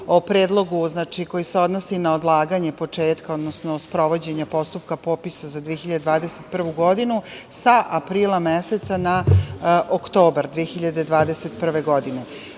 o predlogu koji se odnosi na odlaganje početka, odnosno sprovođenja postupka popisa za 2021. godinu sa aprila meseca na oktobar 2021. godine. Da